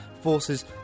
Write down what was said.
forces